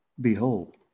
Behold